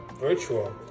virtual